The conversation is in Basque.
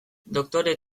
doktore